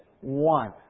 one